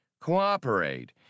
Cooperate